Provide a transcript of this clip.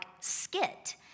skit